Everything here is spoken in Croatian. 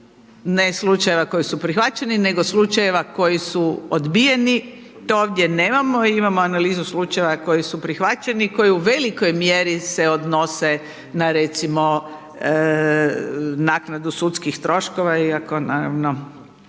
ne slučajeva koje su prihvaćeni, nego slučajeva koji su odbijeni, to ovdje nemamo, imamo analizu slučajeva koji su prihvaćeni, koji u velikoj mjeri se odnose, na recimo naknadu sudskih troškova, iako naravno